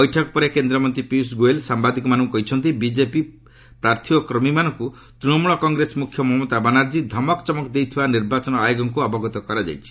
ବୈଠକ ପରେ କେନ୍ଦ୍ରମନ୍ତ୍ରୀ ପୀୟୁଷ ଗୋୟଲ୍ ସାୟାଦିକମାନଙ୍କୁ କହିଛନ୍ତି ବିଜେପି ପ୍ରାର୍ଥୀ ଓ କର୍ମୀମାନଙ୍କୁ ତୃଣମଳ କଂଗ୍ରେସ ମୁଖ୍ୟ ମମତା ବାନାର୍ଜୀ ଧମକ ଚମକ ଦେଇଥିବା ନିର୍ବାଚନ ଆୟୋଗଙ୍କୁ ଅବଗତ କରାଯାଇଛି